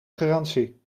garantie